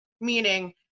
meaning